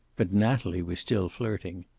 but natalie was still flirting.